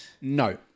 No